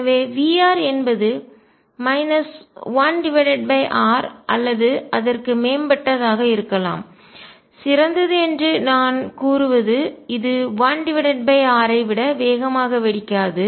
எனவே Vr என்பது minus 1 r அல்லது அதற்கு மேம்பட்டதாக இருக்கலாம் சிறந்தது என்று நான் கூறுவது இது 1 r ஐ விட வேகமாக வெடிக்காது